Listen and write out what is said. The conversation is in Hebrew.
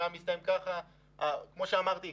כמו שאמרתי,